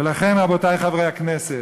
ולכן, רבותי חברי הכנסת,